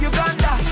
Uganda